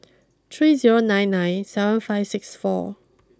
three zero nine nine seven five six four